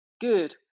good